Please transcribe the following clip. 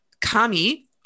kami